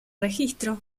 registro